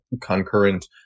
concurrent